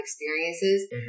experiences